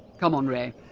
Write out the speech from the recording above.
come on, ray,